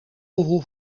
gevoel